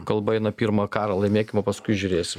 kalba eina pirmą karą laimėkim o paskui žiūrėsim